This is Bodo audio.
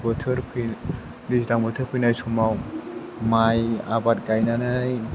दैज्लां बोथोर फैनाय समाव माइ आबाद गायनानै